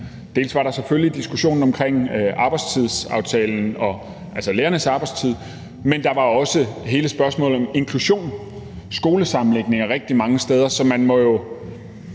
Dels var der selvfølgelig diskussionen om arbejdstidsaftalen, altså lærernes arbejdstid, dels var der hele spørgsmålet om inklusion og skolesammenlægninger rigtig mange steder. Så man må jo